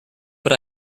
but